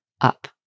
up